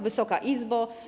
Wysoka Izbo!